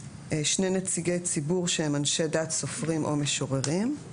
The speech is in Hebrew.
(4)שני נציגי ציבור שהם אנשי דת, סופרים ומשוררים,